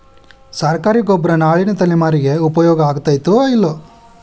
ಸರ್ಕಾರಿ ಗೊಬ್ಬರ ನಾಳಿನ ತಲೆಮಾರಿಗೆ ಉಪಯೋಗ ಆಗತೈತೋ, ಇಲ್ಲೋ?